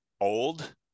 old